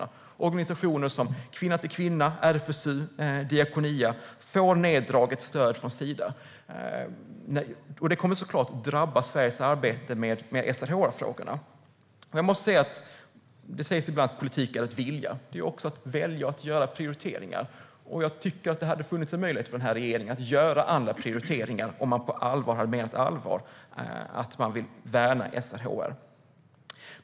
Stödet från Sida till organisationer som Kvinna till Kvinna, RFSU och Diakonia dras ned. Det kommer såklart att drabba Sveriges arbete med SRHR-frågorna. Det sägs ibland att politik är att vilja. Men det handlar också om att välja och att göra prioriteringar. Jag tycker att det skulle ha funnits en möjlighet för denna regering att göra andra prioriteringar om den hade menat allvar med att man vill värna SRHR.